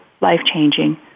life-changing